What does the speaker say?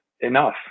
enough